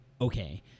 Okay